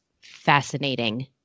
fascinating